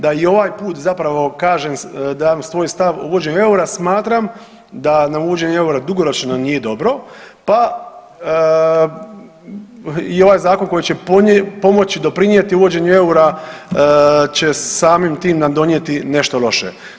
Da i ovaj put zapravo kažem dam svoj stav uvođenu eura, smatram da nam uvođenje eura dugoročno nije dobro pa i ovaj zakon koji će pomoći doprinijeti uvođenju eura će samim tim nam donijeti nešto loše.